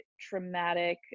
traumatic